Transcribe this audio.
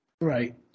right